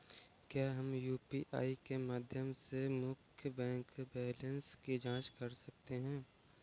क्या हम यू.पी.आई के माध्यम से मुख्य बैंक बैलेंस की जाँच कर सकते हैं?